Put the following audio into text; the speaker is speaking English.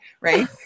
Right